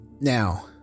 Now